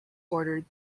ordered